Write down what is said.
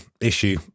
issue